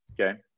Okay